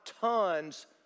tons